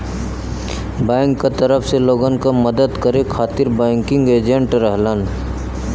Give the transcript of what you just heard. bank क तरफ से लोगन क मदद करे खातिर बैंकिंग एजेंट रहलन